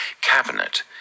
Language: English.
cabinet